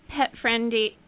pet-friendly